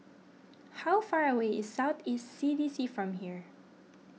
how far away is South East C D C from here